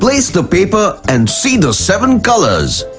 place the paper and see the seven colours!